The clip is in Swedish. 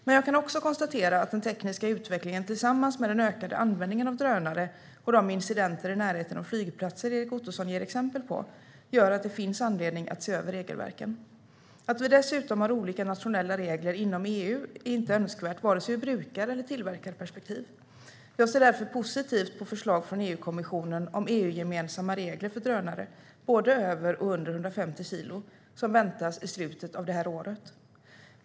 Men jag kan också konstatera att den tekniska utvecklingen, tillsammans med den ökade användningen av drönare och de incidenter i närheten av flygplatser som Erik Ottoson ger exempel på, gör att det finns anledning att se över regelverken. Att vi dessutom har olika nationella regler inom EU är inte önskvärt ur vare sig brukar eller tillverkarperspektiv. Jag ser därför positivt på förslag från EU-kommissionen om EU-gemensamma regler för drönare både över och under 150 kilo som väntas i slutet av året.